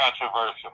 controversial